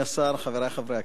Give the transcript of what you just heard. חברי חברי הכנסת,